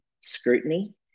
scrutiny